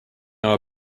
know